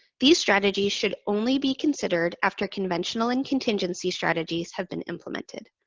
these strategies should only be considered after conventional and contingency strategies have been implemented.